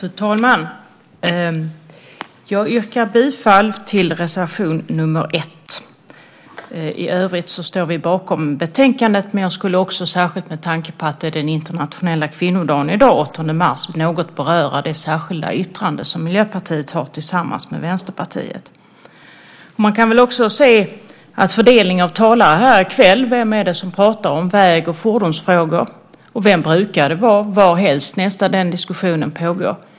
Fru talman! Jag yrkar bifall till reservation nr 1. I övrigt står vi bakom betänkandet. Jag vill också särskilt med tanke på att det i dag är den internationella kvinnodagen, den 8 mars, något beröra det särskilda yttrande som Miljöpartiet har tillsammans med Vänsterpartiet. Man kan också se på fördelningen av talare här i kväll. Vem är det som talar om väg och fordonsfrågor, och vem brukar det vara nästan varhelst den diskussionen pågår?